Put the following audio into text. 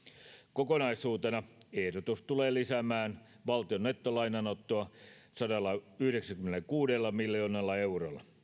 kokonaisuutena ehdotus tulee lisäämään valtion nettolainanottoa sadallayhdeksälläkymmenelläkuudella miljoonalla eurolla